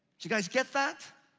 do you guys get that?